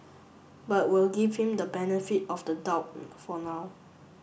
but we'll give him the benefit of the doubt for now